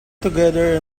together